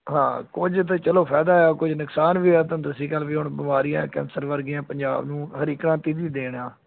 ਹਾਂ ਕੁਝ ਤਾਂ ਚਲੋ ਫ਼ਾਇਦਾ ਆ ਕੁਝ ਨੁਕਸਾਨ ਵੀ ਹੋਇਆ ਤਾਂ ਦੂਜੀ ਗੱਲ ਵੀ ਹੁਣ ਬਿਮਾਰੀਆਂ ਕੈਂਸਰ ਵਰਗੀਆਂ ਪੰਜਾਬ ਨੂੰ ਹਰੀ ਕ੍ਰਾਂਤੀ ਦੀ ਦੇਣ ਆ